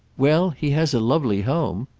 well, he has a lovely home.